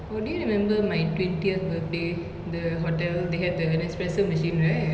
oh do you remember my twentieth birthday the hotel they have the nespresso machine right